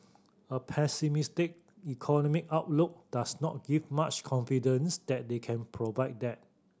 a pessimistic economic outlook does not give much confidence that they can provide that